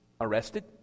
arrested